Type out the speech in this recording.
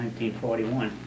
1941